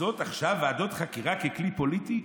לעשות עכשיו ועדות חקירה ככלי פוליטי,